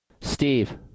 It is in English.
Steve